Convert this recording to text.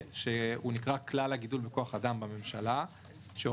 כלל שנקרא כלל הגידול בכוח אדם בממשלה שאומר